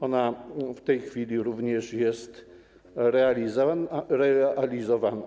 Ona w tej chwili również jest realizowana.